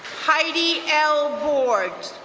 heidi l. borde,